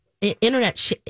Internet